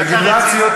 וגמלת הסיעוד,